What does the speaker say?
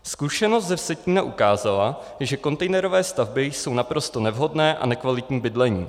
Zkušenost ze Vsetína ukázala, že kontejnerové stavby jsou naprosto nevhodné a nekvalitní bydlení.